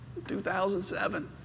2007